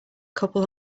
couple